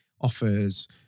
offers